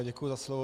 Děkuji za slovo.